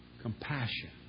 compassion